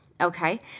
okay